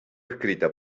escrita